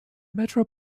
metro